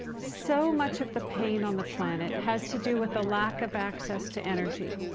so much of the pain on the planet has to do with the lack of access to energy.